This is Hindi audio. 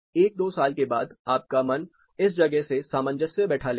एक दो साल के बाद आपका मन इस जगह से सामंजस्य बैठा लेगा